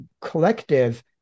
collective